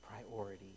priority